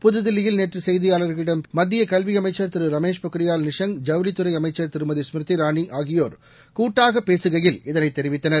புதுதில்லியில் நேற்று செய்தியாள்களிடம் மத்திய கல்வியமைச்சர் திரு ரமேஷ் பொக்ரியால் நிஷாங் ஜவுளித்துறை அமைச்சா் திருமதி ஸ்மிரிதி இராணி ஆகியோர் கூட்டாக பேசுகையில் இதனைத் தெரிவித்தனர்